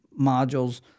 modules